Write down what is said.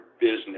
business